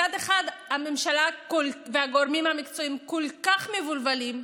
מצד אחד הממשלה והגורמים המקצועיים כל כך מבולבלים.